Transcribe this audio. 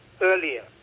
earlier